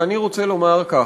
ואני רוצה לומר כך: